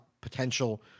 potential